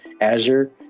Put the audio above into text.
Azure